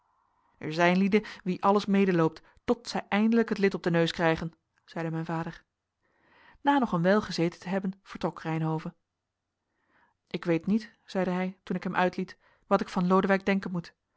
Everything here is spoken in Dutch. er zijn lieden wien alles medeloopt tot zij eindelijk het lid op den neus krijgen zeide mijn vader na nog een wijl gezeten te hebben vertrok reynhove ik weet niet zeide hij toen ik hem uitliet wat ik van lodewijk denken moet